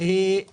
אבל אל